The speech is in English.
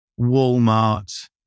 Walmart